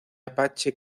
apache